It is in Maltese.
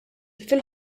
fil